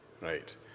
right